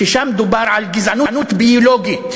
ששם דובר על גזענות ביולוגית,